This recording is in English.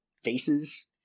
Faces